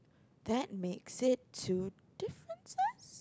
that makes it two differences